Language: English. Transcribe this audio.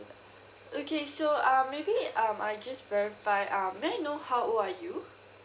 okay so um maybe um I just verify um may I know how old are you